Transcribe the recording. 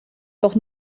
doch